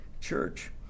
Church